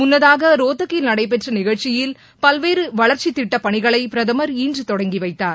முன்னதாக ரோத்தக்கில் நடைபெற்ற நிகழ்ச்சியில் பல்வேறு வளர்ச்சித் திட்டப்பணிகளை பிரதமர் இன்று தொடங்கி வைத்தார்